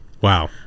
Wow